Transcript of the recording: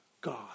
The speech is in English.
God